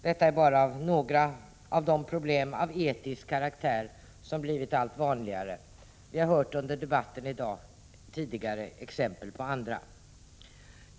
Detta är bara några av de problem av etisk karaktär som blivit allt vanligare. Vi har under debatten här i dag hört exempel på andra.